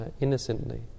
innocently